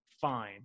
Fine